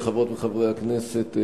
חברות וחברי הכנסת,